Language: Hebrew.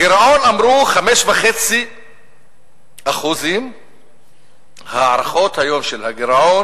הגירעון, אמרו, 5.5%. ההערכות היום של הגירעון: